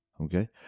Okay